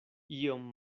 iom